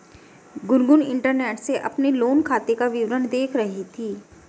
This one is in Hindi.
गुनगुन इंटरनेट से अपने लोन खाते का विवरण देख रही थी